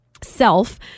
self